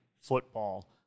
football